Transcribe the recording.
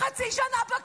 מה אין זמן?